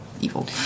evil